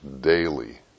daily